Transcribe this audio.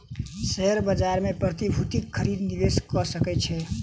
share बाजार मे प्रतिभूतिक खरीद निवेशक कअ सकै छै